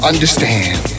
understand